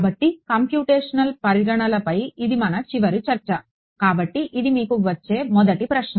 కాబట్టి కంప్యూటేషనల్ పరిగణనలపై ఇది మన చివరి చర్చ కాబట్టి ఇది మీకు వచ్చే మొదటి ప్రశ్న